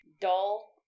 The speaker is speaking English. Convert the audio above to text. dull